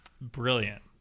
brilliant